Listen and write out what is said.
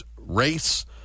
race